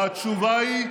והתשובה היא: